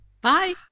Bye